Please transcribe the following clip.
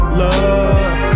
love